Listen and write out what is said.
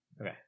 Okay